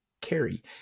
carry